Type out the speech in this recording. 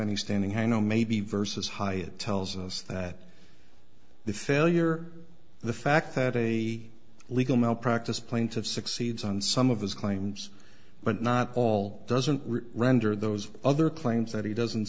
any standing i know maybe versus high it tells us that the failure the fact that a legal malpractise plaintive succeeds on some of his claims but not all doesn't render those other claims that he doesn't